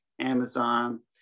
Amazon